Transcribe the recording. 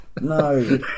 No